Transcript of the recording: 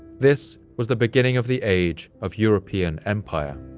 this was the beginning of the age of european empire,